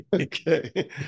okay